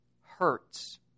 hurts